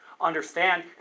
understand